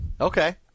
Okay